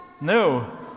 No